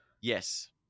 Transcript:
Yes